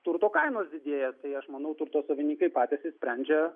turto kainos didėja tai aš manau turto savininkai patys išsprendžia